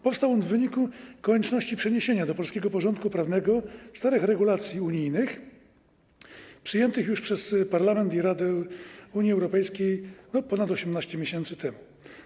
Powstał on w wyniku konieczności przeniesienia do polskiego porządku prawnego czterech regulacji unijnych przyjętych już przez Parlament i Radę Unii Europejskiej ponad 18 miesięcy temu.